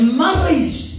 marriage